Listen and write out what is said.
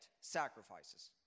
sacrifices